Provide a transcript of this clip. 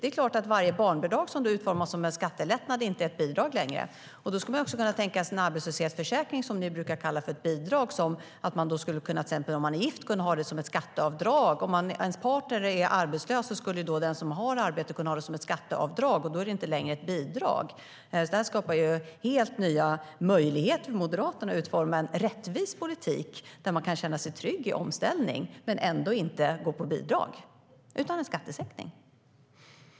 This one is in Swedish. Det är klart att varje barnbidrag som då utformas som en skattelättnad inte är ett bidrag längre, och då skulle man också kunna tänka sig en arbetslöshetsförsäkring - vilket ni brukar kalla ett bidrag - som ett skatteavdrag om man till exempel är gift. Om ens partner är arbetslös skulle alltså den som har ett arbete kunna ha det som ett skatteavdrag, och då är det inte längre ett bidrag. Det skapar ju helt nya möjligheter för Moderaterna att utforma en rättvis politik där man kan känna sig trygg i omställning men ändå inte gå på bidrag. I stället får man en skattesänkning.